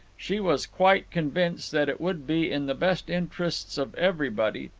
she was quite convinced that it would be in the best interests of everybody,